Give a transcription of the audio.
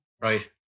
Right